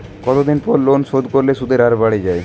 কতদিন পর লোন শোধ করলে সুদের হার বাড়ে য়ায়?